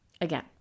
again